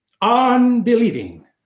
unbelieving